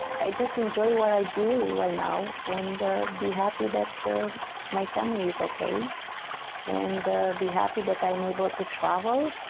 i just enjoy what i do right now and be happy that my family is ok and be happy that i am able to travel